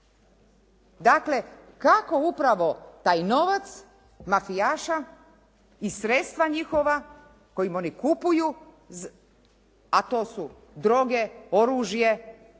Dakle, kako upravo taj novac mafijaša i sredstva njihova kojim oni kupuju, a to su droge, oružje